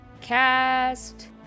cast